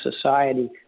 society